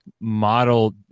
model